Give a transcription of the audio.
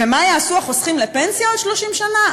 ומה יעשו החוסכים לפנסיה עוד 30 שנה,